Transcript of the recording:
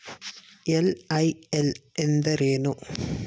LIL ಎಂದರೇನು?